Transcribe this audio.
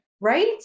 right